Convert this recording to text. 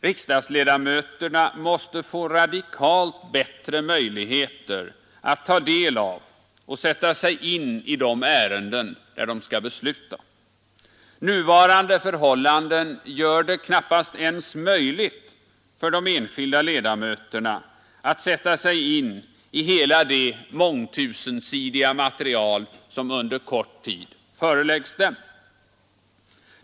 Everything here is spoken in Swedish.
Riksdagsledamöterna måste få radikalt bättre möjligheter att ta del av och sätta sig in i de ärenden där de skall besluta. Nuvarande förhållanden gör det knappast ens möjligt för de enskilda ledamöterna att sätta sig in i hela det mångtusensidiga material som under kort tid föreläggs dem.